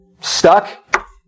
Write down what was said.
stuck